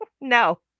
no